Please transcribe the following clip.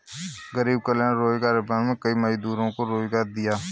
गरीब कल्याण रोजगार अभियान में कई मजदूरों को रोजगार दिया